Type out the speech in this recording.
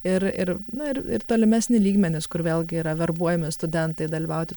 ir ir na ir ir tolimesni lygmenys kur vėlgi yra verbuojami studentai dalyvauti